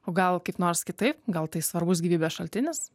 o gal kaip nors kitaip gal tai svarbus gyvybės šaltinis